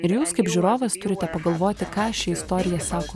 ir jūs kaip žiūrovas turite pagalvoti ką ši istorija sako